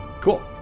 Cool